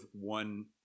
one